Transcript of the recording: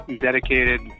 dedicated